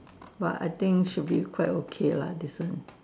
but I think should be quite okay lah different